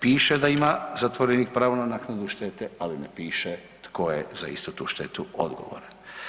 Piše da ima zatvorenik pravo na naknadu štete, ali ne piše tko je za istu tu štetu odgovoran.